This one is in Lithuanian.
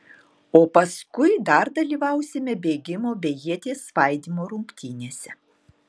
o paskui dar dalyvausime bėgimo bei ieties svaidymo rungtynėse